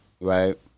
right